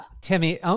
Timmy